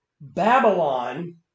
Babylon